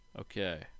Okay